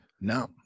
No